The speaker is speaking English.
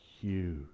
huge